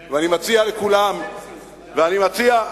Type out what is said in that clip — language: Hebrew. כי אתה בקונסנזוס.